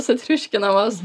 sutriuškina vos